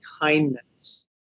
kindness